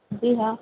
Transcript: जी हाँ